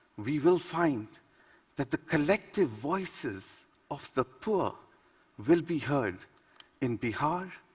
we will find that the collective voices of the poor will be heard in bihar,